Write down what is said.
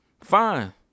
Fine